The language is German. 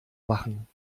machen